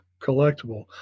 collectible